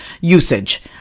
usage